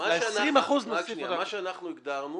אנחנו הגדרנו